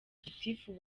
gitifu